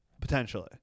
Potentially